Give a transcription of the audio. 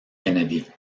kennedy